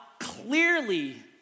clearly